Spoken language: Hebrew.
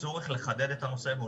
אם